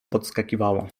podskakiwała